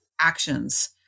actions